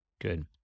Good